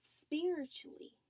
spiritually